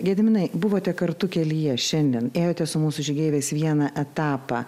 gediminai buvote kartu kelyje šiandien ėjote su mūsų žygeiviais vieną etapą